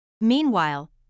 Meanwhile